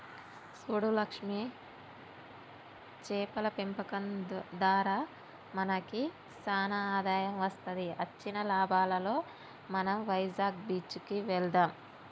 సూడు లక్ష్మి సేపల పెంపకం దారా మనకి సానా ఆదాయం వస్తది అచ్చిన లాభాలలో మనం వైజాగ్ బీచ్ కి వెళ్దాం